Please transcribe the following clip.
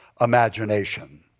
imagination